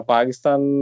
Pakistan